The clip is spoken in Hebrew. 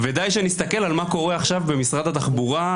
די שנסתכל על מה שקורה עכשיו במשרד התחבורה,